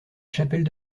chapelle